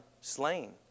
slain